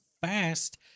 fast